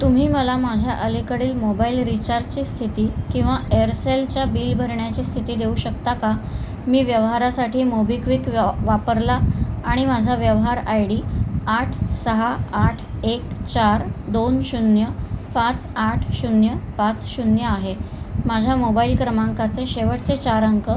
तुम्ही मला माझ्या अलीकडील मोबाइल रिचार्जची स्थिती किंवा एअरसेलच्या बिल भरण्याची स्थिती देऊ शकता का मी व्यवहारासाठी मोबीक्विक व्य् वापरला आणि माझा व्यवहार आय डी आठ सहा आठ एक चार दोन शून्य पाच आठ शून्य पाच शून्य आहे माझ्या मोबाइल क्रमांकाचे शेवटचे चार अंक